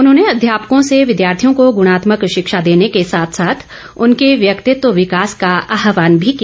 उन्होंने अध्यापको से विद्यार्थियों को गुणात्मक शिक्षा देने के साथ साथ उनके व्यक्तित्व विकास का आहवान भी किया